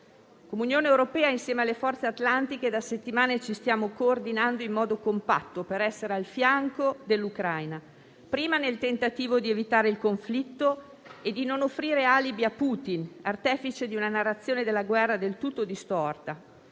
Come Unione europea, insieme alle forze atlantiche, da settimane ci stiamo coordinando in modo compatto per essere al fianco dell'Ucraina, prima nel tentativo di evitare il conflitto e non offrire alibi a Putin, artefice di una narrazione della guerra del tutto distorta;